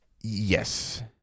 Yes